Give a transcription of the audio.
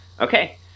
Okay